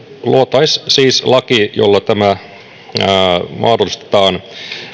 luotaisiin siis laki jolla tämä mahdollistetaan vielä laajemmin